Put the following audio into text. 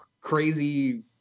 crazy